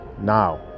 now